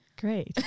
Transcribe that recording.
Great